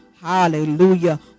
Hallelujah